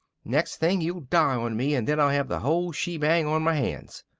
next thing you'll die on me, and then i'll have the whole shebang on my hands.